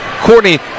Courtney